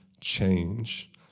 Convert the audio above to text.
change